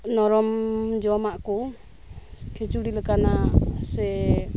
ᱱᱚᱨᱚᱢ ᱡᱚᱢᱟᱜ ᱠᱚ ᱠᱷᱤᱪᱩᱲᱤ ᱞᱮᱠᱟᱱᱟᱜ ᱥᱮ